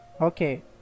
Okay